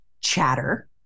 chatter